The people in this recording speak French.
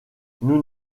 nous